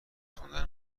خوندن